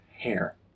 hair